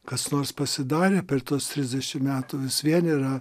kas nors pasidarė per tuos trisdešim metų vis vien yra